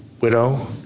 widow